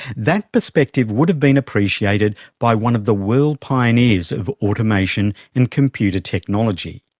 that perspective would have been appreciated by one of the world pioneers of automation and computer technology.